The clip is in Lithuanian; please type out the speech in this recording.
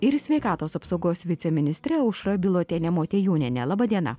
ir sveikatos apsaugos viceministre aušra bilotiene motiejūniene laba diena